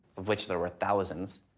of which there were thousands.